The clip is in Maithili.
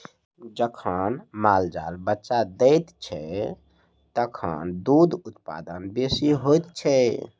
जखन माल जाल बच्चा दैत छै, तखन दूधक उत्पादन बेसी होइत छै